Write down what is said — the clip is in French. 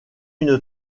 une